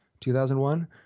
2001